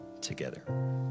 together